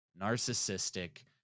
narcissistic